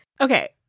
okay